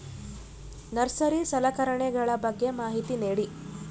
Nursery ಸಲಕರಣೆಗಳ ಬಗ್ಗೆ ಮಾಹಿತಿ ನೇಡಿ?